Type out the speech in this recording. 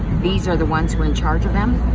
these are the ones who are in charge of them?